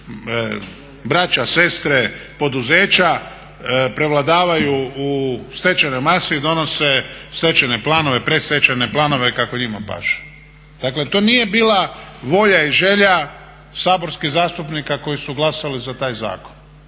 braća, sestre, poduzeća prevladavaju u stečajnoj masi i donose stečajne planove, predstečajne planove kako njima paše. Dakle, to nije bila volja i želja saborskih zastupnika koji su glasali za taj zakon.